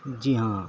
جی ہاں